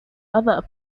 other